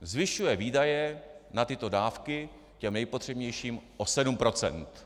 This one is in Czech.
Zvyšuje výdaje na tyto dávky těm nejpotřebnějším o 7 %.